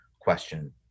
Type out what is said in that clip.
question